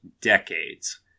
decades